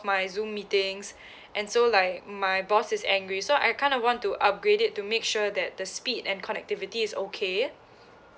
my Zoom meetings and so like my boss is angry so I kind of want to upgrade it to make sure that the speed and connectivity is okay